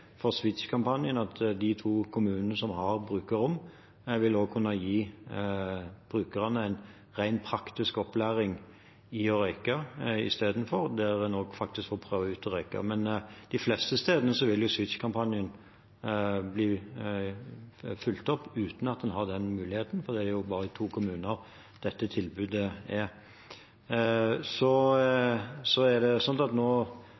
for SWITCH-kampanjen at de to kommunene som har brukerrom, også vil kunne gi brukerne en rent praktisk opplæring i å røyke istedenfor, og også at en der faktisk får prøve ut det å røyke. Men de fleste stedene vil SWITCH-kampanjen bli fulgt opp uten at en har den muligheten, for dette tilbudet er jo bare i to kommuner. Det er sånn at nå